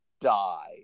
die